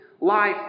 life